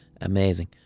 Amazing